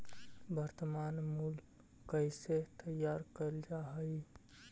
वर्तनमान मूल्य कइसे तैयार कैल जा हइ?